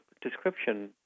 description